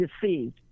deceived